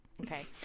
Okay